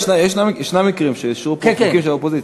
ישנם מקרים שאישרו פה חוקים של האופוזיציה.